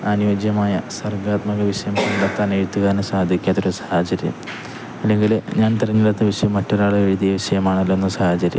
അനുയോജ്യമായ സർഗാത്മക വിഷയം കണ്ടത്താന് എഴുത്തുകാരനു സാധിക്കാത്തൊരു സാഹചര്യം അല്ലെങ്കില് ഞാൻ തിരഞ്ഞെട്ത്ത വിഷയം മറ്റൊരാള് എഴുതിയ വിഷയമാണല്ലോ എന്ന സാഹചര്യം